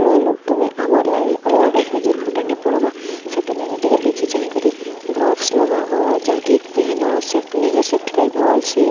ଅଲଗା ଲୋକ ବି ଆମର୍ ଲାଗି ଅଲଗା ଲୋକ ବି ଦୁର୍ଘଟନେ ପଡ଼୍ବା ସେଥିଲାଗି ଟିକେ ଦେଖି ଚାହିଁକରି ଗ୍ଲୋଭ୍ସ ଲଗାହ ଜ୍ୟାକେଟ୍ ପେହନ ସେ ନିଜର ସେଫ୍ଟି ଲାଗି ଭଲ୍ସେ